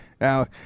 Now